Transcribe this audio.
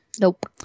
Nope